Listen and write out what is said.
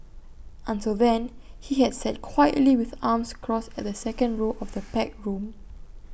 until then he had sat quietly with arms crossed at the second row of the packed room